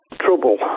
trouble